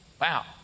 Wow